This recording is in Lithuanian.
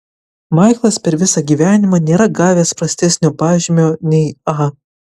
maiklas per visą gyvenimą nėra gavęs prastesnio pažymio nei a